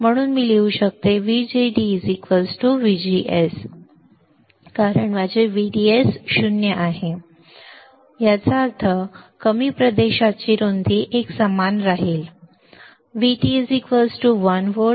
म्हणून मी लिहू शकतो VGD VGS कारण माझे VDS 0 व्होल्ट याचा अर्थ कमी होणाऱ्या प्रदेशाची रुंदी एकसमान बरोबर असेल